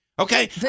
Okay